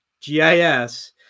GIS